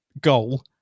goal